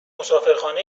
مسافرخانه